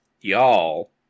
y'all